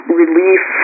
relief